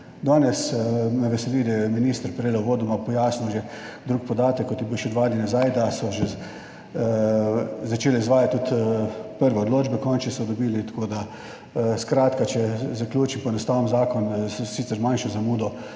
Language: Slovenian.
Danes, me veseli, da je minister prej uvodoma pojasnil že drug podatek, kot je bil še dva dni nazaj, da so že začeli izvajati tudi prve odločbe, končne so dobili. Skratka, če zaključim poenostavim, zakon sicer z manjšo zamudo